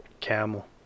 Camel